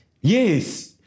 Yes